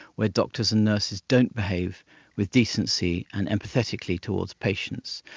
where doctors and nurses don't behave with decency and empathetically towards patients.